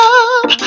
up